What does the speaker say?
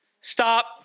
Stop